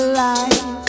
life